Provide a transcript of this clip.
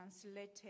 translated